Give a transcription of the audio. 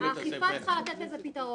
בית הספר --- האכיפה צריכה לתת לזה פתרון.